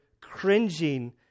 cringing